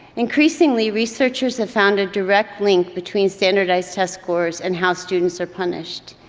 increasingly, researchers have found a direct link between standardized test scores and how students are punished.